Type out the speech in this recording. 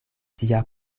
tia